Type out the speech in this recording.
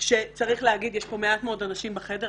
שצריך להגיד שישנם מעט מאוד אנשים בחדר,